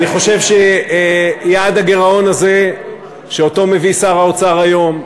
אני חושב שיעד הגירעון הזה ששר האוצר מביא היום,